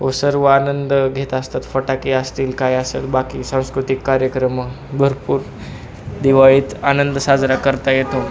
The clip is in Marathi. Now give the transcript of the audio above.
व सर्व आनंद घेत असतात फटाके असतील काय असेल बाकी सांस्कृतिक कार्यक्रम भरपूर दिवाळीत आनंद साजरा करता येतो